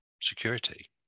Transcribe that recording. security